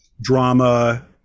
drama